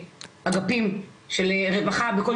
בעיקר בגלל בידודים וכו',